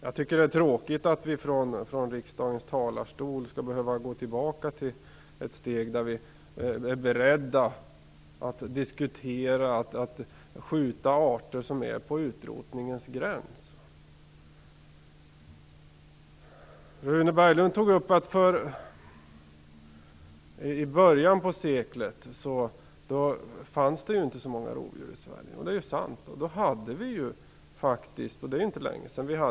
Jag tycker att det är tråkigt att vi från riksdagens talarstol skall behöva gå tillbaka ett steg, till en situation där vi är beredda att diskutera att skjuta arter som är på utrotningens gräns. Rune Berglund sade att det i början på seklet inte fanns så många rovdjur i Sverige. Det är ju sant. Då hade vi faktiskt i praktiken utrotat vargen.